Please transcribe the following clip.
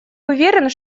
уверен